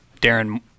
Darren